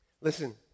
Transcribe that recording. Listen